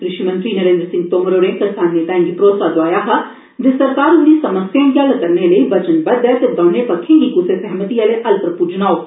कृषि मंत्री नरेन्द्र सिंह तोमर होरें करसान नेताएं गी भरोसा दोआया हा जे सरकार उंदी समस्याएं गी हल करने लेई वचनबद्व ऐ ते दौनें पक्खें गी कूसै सैहमति आले हल्ल पर पुज्जना होग